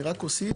אני רק אוסיף.